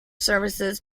services